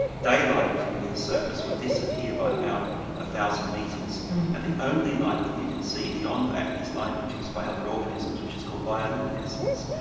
daylight from the surface would disappear by about one thousand metres and the only light that you can see beyond that is light produced by other organisms which is called bio-luminescence.